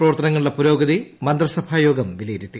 പ്രവർത്തനങ്ങളുടെ പുരോഗതി മന്ത്രിസഭാ യോഗം വിലയിരുത്തി